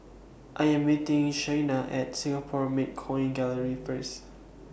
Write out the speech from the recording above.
I Am meeting Shayna At Singapore Mint Coin Gallery First